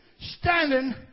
standing